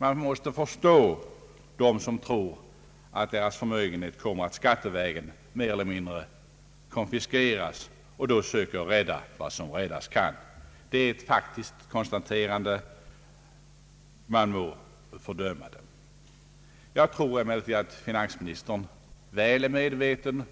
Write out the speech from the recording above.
Man måste förstå: dem som tror att deras förmögenhet kommer att skattevägen mer: eller mindre konfiskeras och då söker rädda vad som räddas kan. Det är ett faktiskt konstaterande — man må fördöma dem. Jag tror emellertid att finansministern är väl medveten